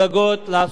ואני מבין,